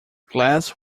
glass